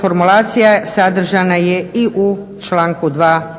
formulacija sadržana je i u članku 2.